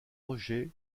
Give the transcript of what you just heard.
roger